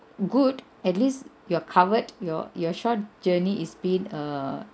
good at least you're covered your your short journey is been err